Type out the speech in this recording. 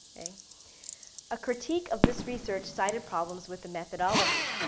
a ah critique of this research cited problems with the methodology.